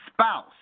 spouse